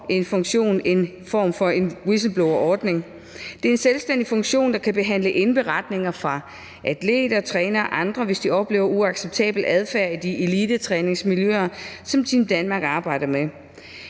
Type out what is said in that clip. en form for whistleblowerordning. Det er en selvstændig funktion, der kan behandle indberetninger fra atleter, trænere og andre, hvis de oplever uacceptabel adfærd i de elitetræningsmiljøer, Team Danmark arbejder med.